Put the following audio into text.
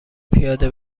پیاده